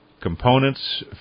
components